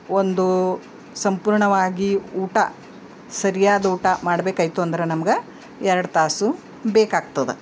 ಒಂದು ಸಂಪೂರ್ಣವಾಗಿ ಊಟ ಸರಿಯಾದ ಊಟ ಮಾಡಬೇಕಾಯ್ತು ಅಂದ್ರೆ ನಮ್ಗೆ ಎರಡು ತಾಸು ಬೇಕಾಗ್ತದ